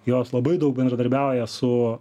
jos labai daug bendradarbiauja su